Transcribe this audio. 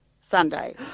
Sunday